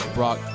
Brock